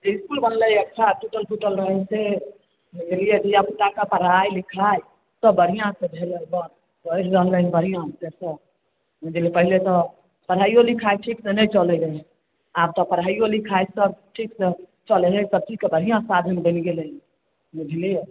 इसकुल बनलै अच्छा टुटल फुटल रहै से बुझलिए धिआपुताके पढ़ाइ लिखाइसब बढ़िआँसँ भेलै हँ पढ़ि रहलनि बढ़िआँसँ सब किछुदिन पहिले तऽ पढ़ाइओ लिखाइ ठीकसँ नहि चलै रहै आब तऽ पढ़ाइओ लिखाइसब ठीकसँ चलै हइ ई तऽ बढ़िआँ साधन बनि गेलनि बुझलिए